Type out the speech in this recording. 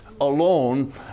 alone